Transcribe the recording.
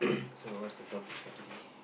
so what's the topic for today